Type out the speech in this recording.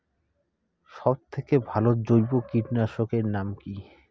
সব থেকে ভালো জৈব কীটনাশক এর নাম কি?